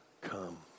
come